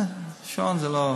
שעון זה לא,